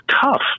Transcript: tough